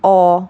or